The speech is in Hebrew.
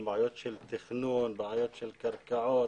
בעיות של תכנון, בעיות של קרקעות,